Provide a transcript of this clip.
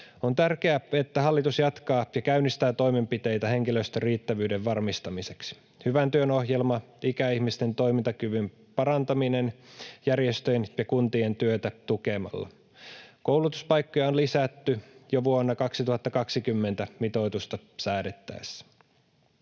On tärkeää, että hallitus jatkaa ja käynnistää toimenpiteitä henkilöstön riittävyyden varmistamiseksi, hyvän työn ohjelmaa ja ikäihmisten toimintakyvyn parantamista järjestöjen ja kuntien työtä tukemalla. Koulutuspaikkoja on lisätty jo vuonna 2020 mitoitusta säädettäessä.